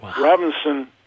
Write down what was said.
Robinson